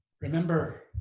Remember